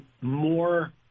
more